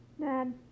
Dad